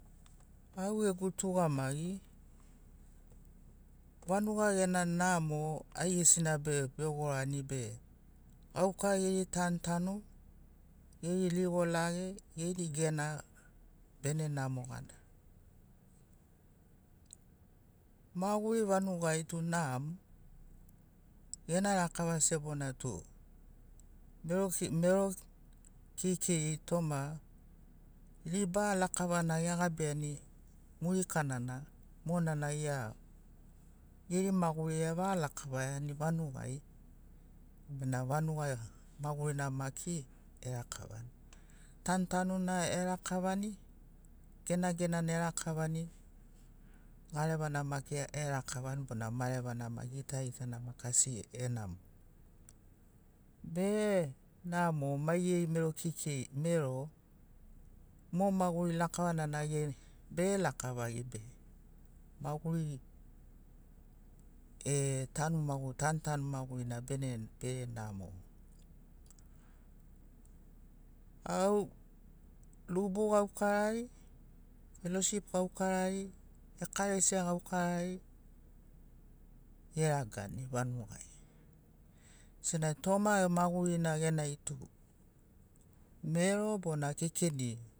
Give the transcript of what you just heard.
Au gegu tugamagi vanuga gena namo aigesina be gorani be gauka geri tantanu geri ligo lage geri gena bena namo gana maguri vanugai tu namo gena rakava sebona tu mero mero keikeiri toma liba lakavana egabiani murikana na mona na gia geri maguri evagalakavaiani vanugai bena vanuga magurina maki erakavani tantanuna erakavani genagenana erakavani garevana maki erakavani bona marevana ma gitagitana maki asi enamoni be namo mai geri mero keikei mero mo maguri lakavana na ge bege lakavagi be maguri e tanu magur tantanu magurina be namo au lubu gaukarari feloship gaukarari ekalesia gaukarari eragani vanugai senagi toma magurina genai tu mero bona kekeni